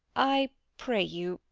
i pray you,